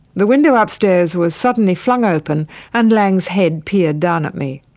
the window upstairs was suddenly flung open and laing's head peered down at me.